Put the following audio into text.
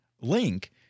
link